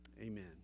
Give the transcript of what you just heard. Amen